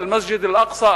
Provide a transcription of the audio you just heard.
באל-מסג'ד אל-אקצא,